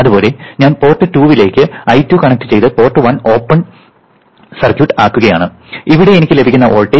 അതുപോലെ ഞാൻ പോർട്ട് 2 ലേക്ക് I2 കണക്ട് ചെയ്ത് പോർട്ട് 1 ഓപ്പൺ സർക്യൂട്ട് ആക്കുകയാണ് എനിക്ക് ഇവിടെ ലഭിക്കുന്ന വോൾട്ടേജ് z12 × I2 ആയിരിക്കും